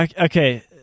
Okay